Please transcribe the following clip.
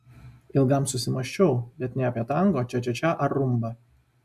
ilgam susimąsčiau bet ne apie tango čia čia čia ar rumbą